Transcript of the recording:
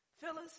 Phyllis